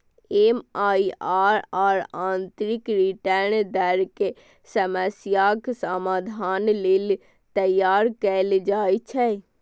MIRR आंतरिक return दर के समस्याक समाधान लेल तैयार कैल जाइ छै